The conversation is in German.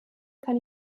kann